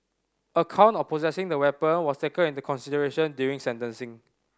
a count of possessing the weapon was taken into consideration during sentencing